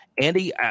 Andy